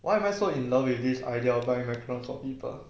why am I so in love with this idea of buying macarons for people